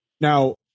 now